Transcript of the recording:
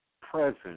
present